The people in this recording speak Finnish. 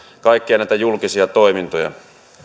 kaikkia näitä julkisia toimintoja